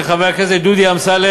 של חבר הכנסת דוד אמסלם,